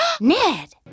Ned